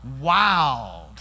wow